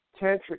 Tantric